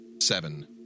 Seven